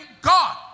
God